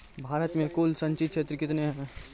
भारत मे कुल संचित क्षेत्र कितने हैं?